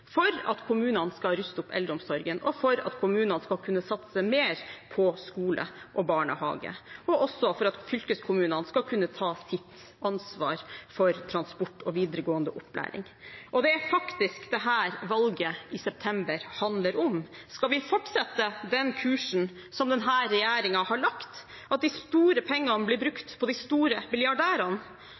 for at kommunene skal ruste opp eldreomsorgen, for at kommunene skal kunne satse mer på skole og barnehage, og også for at fylkeskommunene skal kunne ta sitt ansvar for transport og videregående opplæring. Det er faktisk det valget i september handler om: Skal vi fortsette den kursen som denne regjeringen har lagt, at de store pengene blir brukt på de store